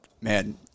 man